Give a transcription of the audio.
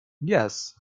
yes